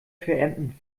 verenden